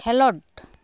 ᱠᱷᱮᱞᱚᱰ